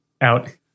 out